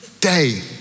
day